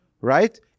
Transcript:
Right